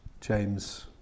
James